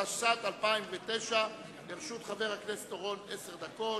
התשס"ט 2009. לרשות חבר הכנסת אורון עשר דקות.